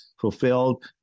fulfilled